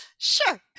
Sure